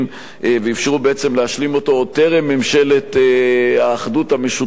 ואפשרו בעצם להשלים אותו עוד טרם ממשלת האחדות המשותפת,